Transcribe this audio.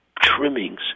trimmings